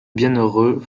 bienheureux